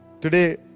Today